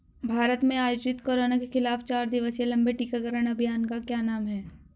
भारत में आयोजित कोरोना के खिलाफ चार दिवसीय लंबे टीकाकरण अभियान का क्या नाम है?